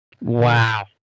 wow